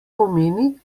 pomeni